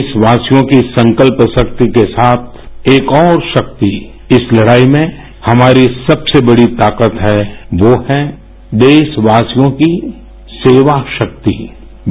देशवासियों की संकल्पशक्ति के साथ एक और शक्ति इस लड़ाई में हमारी सबसे बड़ी ताकत है वो है देशवासियों की सेवासाकि